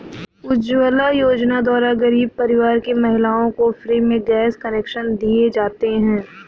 उज्जवला योजना द्वारा गरीब परिवार की महिलाओं को फ्री में गैस कनेक्शन दिए जाते है